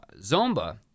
Zomba